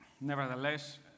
nevertheless